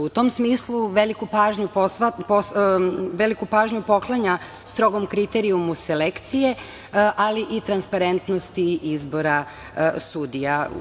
U tom smislu, veliku pažnju poklanja strogom kriterijumu selekcije, ali i transparentnosti izbora sudija.